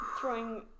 Throwing